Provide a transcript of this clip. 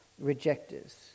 rejectors